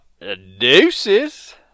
deuces